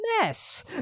mess